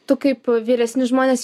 tu kaip vyresni žmonės